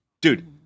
Dude